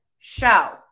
show